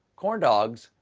corn dogs,